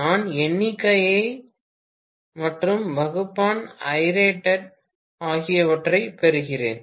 நான் எண்ணிக்கையை 'நான்' மற்றும் வகுப்பான் ஐரேட்டட் ஆகியவற்றால் பெருக்குகிறேன்